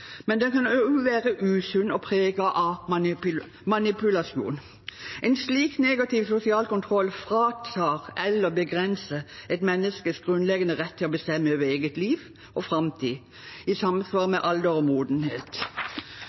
Men den kan også være usunn og preget av manipulasjon. En slik negativ sosial kontroll fratar eller begrenser et menneskes grunnleggende rett til å bestemme over eget liv og egen framtid i samsvar med alder og modenhet.